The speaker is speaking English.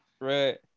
Right